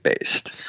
based